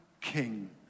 king